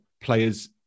players